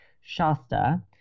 Shasta